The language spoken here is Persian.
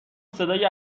صدای